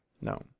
no